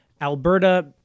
Alberta